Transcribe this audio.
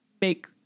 make